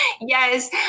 Yes